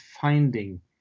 finding